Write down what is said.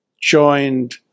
joined